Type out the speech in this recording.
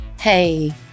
Hey